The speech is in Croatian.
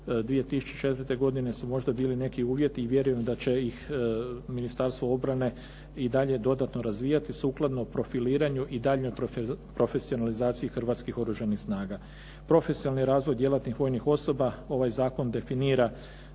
2004. su možda bili neki uvjeti i vjerujem da će ih Ministarstvo obrane i dalje dodatno razvijati sukladno profiliranju i daljnjoj profesionalizaciji Hrvatskih oružanih snaga. Profesionalni razvoj djelatnih vojnih osoba ovaj zakon definira